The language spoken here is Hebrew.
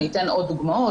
אני אתן עוד דוגמאות.